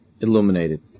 illuminated